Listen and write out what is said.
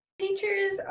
teachers